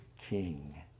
king